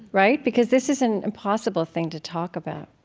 right, because this is an impossible thing to talk about.